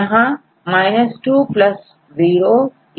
यहां 2 03होगा